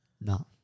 No